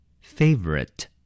favorite